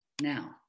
now